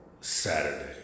Saturday